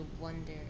wonder